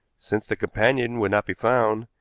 since the companion would not be found,